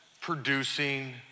producing